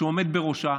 שעומד בראשה,